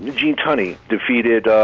gee tony defeated